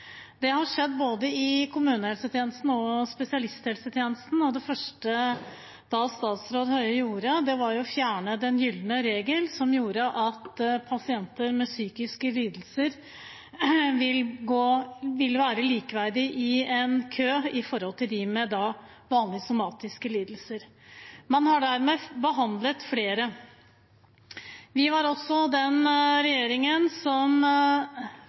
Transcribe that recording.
Det har skjedd i både kommunehelsetjenesten og spesialisthelsetjenesten. Det første statsråd Høie gjorde, var å fjerne den gylne regel, noe som gjorde at pasienter med psykiske lidelser vil være likeverdige i en kø med dem med vanlige somatiske lidelser. Man har dermed behandlet flere. Vi var også den regjeringen som